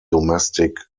domestic